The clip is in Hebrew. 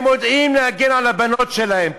הם יודעים להגן על הבנות שלהם,